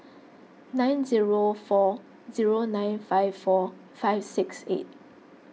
nine zero four zero nine five four five six eight